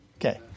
Okay